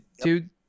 dude